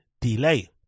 delay